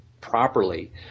properly